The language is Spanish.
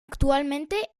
actualmente